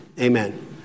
Amen